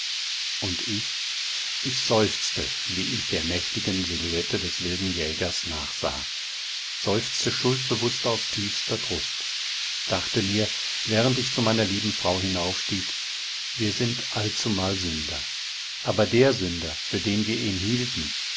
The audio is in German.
und ich ich seufzte wie ich der nächtigen silhouette des wilden jägers nachsah seufzte schuldbewußt aus tiefster brust dachte mir während ich zu meiner lieben frau hinaufstieg wir sind allzumal sünder aber der sünder für den wir ihn hielten